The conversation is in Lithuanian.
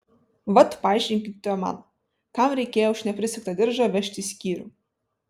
vat paaiškinkite man kam reikėjo už neprisegtą diržą vežti į skyrių